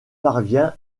parvient